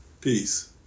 peace